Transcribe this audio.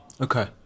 Okay